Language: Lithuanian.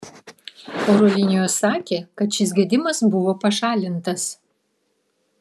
oro linijos sakė kad šis gedimas buvo pašalintas